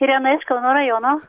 irena iš kauno rajono